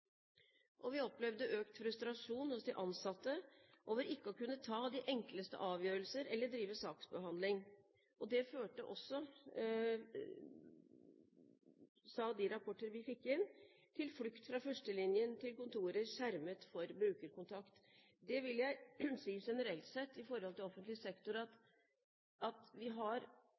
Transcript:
Og vi opplevde økt frustrasjon hos de ansatte over ikke å kunne ta de enkleste avgjørelser eller drive saksbehandling. Det førte også til, ifølge de rapporter vi fikk inn, flukt fra førstelinjen til kontorer skjermet for brukerkontakt. Generelt vil jeg si, sett i forhold til offentlig sektor, at vi i en del av de utadvendte etatene ser tendenser til at